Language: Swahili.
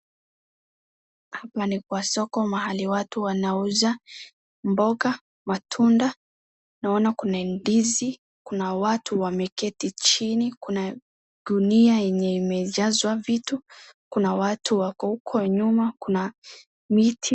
Hapa ni kwa soko mahali watu wanauza mboga , matunda naona kuna ndizi kuna watu wameketi chini kuna gunia yenye imejazwa vitu kuna watu wako huko nyuma kuna miti.